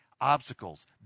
obstacles